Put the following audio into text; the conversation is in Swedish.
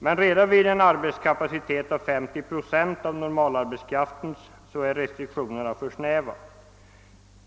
Redan vid en arbetskapacitet av 30 procent av normalarbetskraften är emellertid restriktionerna alltför snäva.